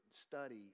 study